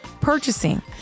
purchasing